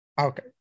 Okay